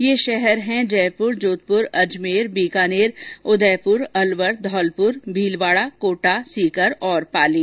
ये शहर हैं जयपुर जोधपुर अजमेर बीकानेर उदयपुर अलवर धौलपुर भीलवाडा कोटा सीकर और पाली